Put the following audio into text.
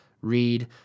Read